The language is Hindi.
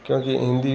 क्योंकि हिन्दी